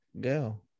go